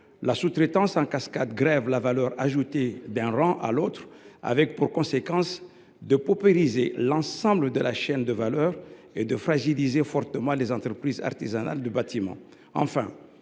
la sous traitance en cascade grève la valeur ajoutée d’un rang à l’autre et entraîne une paupérisation de l’ensemble de la chaîne de valeur, ce qui fragilise fortement les entreprises artisanales du bâtiment.